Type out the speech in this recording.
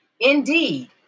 Indeed